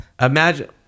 imagine